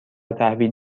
تحویل